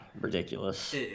ridiculous